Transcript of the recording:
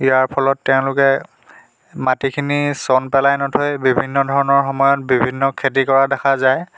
ইয়াৰ ফলত তেওঁলোকে মাটিখিনি ছন পেলাই নথৈ বিভিন্ন ধৰণৰ সময়ত বিভিন্ন ধৰণৰ খেতি কৰা দেখা যায়